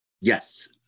Yes